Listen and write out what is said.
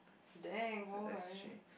dang alright